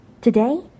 Today